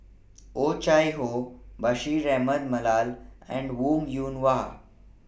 Oh Chai Hoo Bashir Ahmad Mallal and Wong Yoon Wah